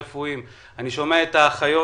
את האחיות.